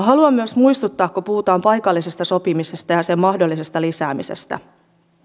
haluan myös muistuttaa kun puhutaan paikallisesta sopimisesta ja sen mahdollisesta lisäämisestä